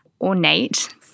ornate